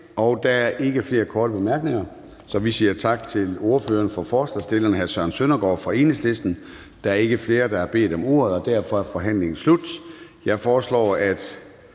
Der er ikke flere korte bemærkninger, så vi siger tak til ordføreren for forslagsstillerne, hr. Søren Søndergaard fra Enhedslisten. Da der ikke er flere, der har bedt om ordet, er forhandlingen sluttet. Jeg foreslår, at